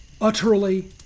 utterly